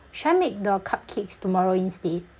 should I make the cupcakes tomorrow instead